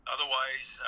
Otherwise